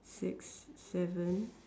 six seven